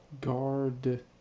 guard